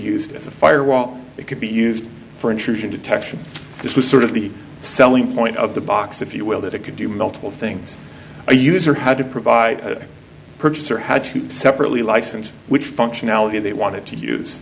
used as a firewall it could be used for intrusion detection this was sort of the selling point of the box if you will that it could do multiple things a user had to provide a purchaser had to separately license which functionality they wanted to use